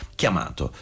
chiamato